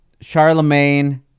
Charlemagne